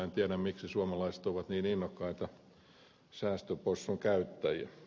en tiedä miksi suomalaiset ovat niin innokkaita säästöpossun käyttäjiä